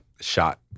shot